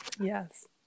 Yes